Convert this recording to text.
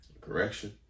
Correction